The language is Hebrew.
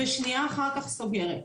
ושנייה אחר כך המדינה סוגרת.